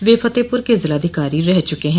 वे फतेहपुर के जिलाधिकारी रह चुके हैं